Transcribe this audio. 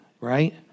right